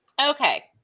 okay